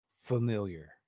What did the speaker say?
familiar